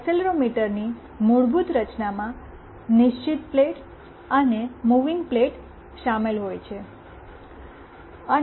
એક્સીલેરોમીટરની મૂળભૂત રચનામાં નિશ્ચિત પ્લેટ અને મૂવિંગ પ્લેટ શામેલ હોય છે